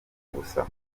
gusa